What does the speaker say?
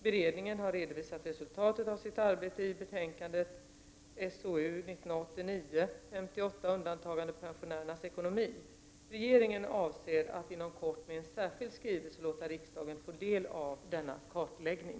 Beredningen har redovisat resultatet av sitt arbete i betänkandet SOU 1989:58 Undantagandepensionärernas ekonomi. Regeringen avser att inom kort med en särskild skrivelse låta riksdagen få del av denna kartläggning.